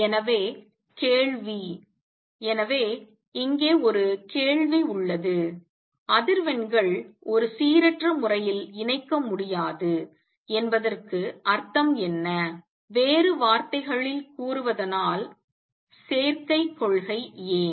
எனவே கேள்வி எனவே இங்கே ஒரு கேள்வி உள்ளது அதிர்வெண்கள் ஒரு சீரற்ற முறையில் இணைக்க முடியாது என்பதற்கு அர்த்தம் என்ன வேறு வார்த்தைகளில் கூறுவதானால் சேர்க்கை கொள்கை ஏன்